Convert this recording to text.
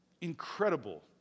incredible